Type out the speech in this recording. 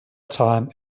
time